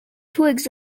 twigs